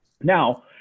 now